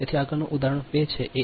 તેથી આગળનું ઉદાહરણ 2 છે એ